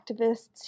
activists